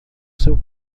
seu